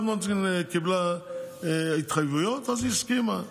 מוצקין קיבלה התחייבויות אז היא הסכימה,